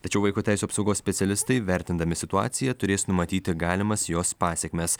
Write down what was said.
tačiau vaiko teisių apsaugos specialistai vertindami situaciją turės numatyti galimas jos pasekmes